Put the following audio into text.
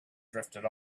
drifted